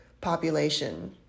population